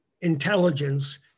intelligence